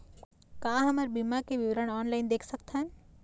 का हमर बीमा के विवरण ऑनलाइन देख सकथन?